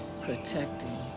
protecting